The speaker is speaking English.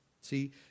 See